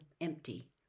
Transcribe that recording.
empty